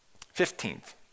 Fifteenth